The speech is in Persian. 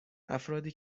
افرادی